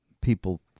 people